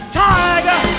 tiger